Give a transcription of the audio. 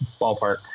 ballpark